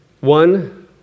One